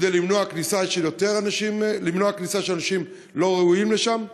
כדי למנוע כניסה של אנשים לא ראויים לשם.